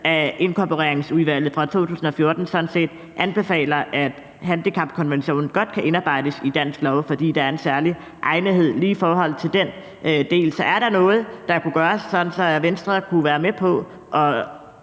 i Inkorporeringsudvalget fra 2014 sådan set anbefaler, at handicapkonventionen godt kan indarbejdes i dansk lov, fordi der er en særlig egnethed lige i forhold til den del. Så er der noget, der kunne gøres, sådan at Venstre kunne være med på